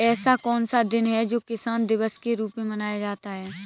ऐसा कौन सा दिन है जो किसान दिवस के रूप में मनाया जाता है?